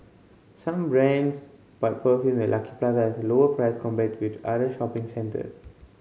some brands but perfume at Lucky Plaza has lower price compared with other shopping centres